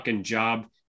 job